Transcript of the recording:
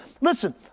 listen